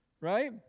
Right